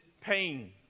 pain